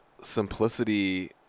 simplicity